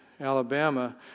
Alabama